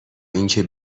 اینکه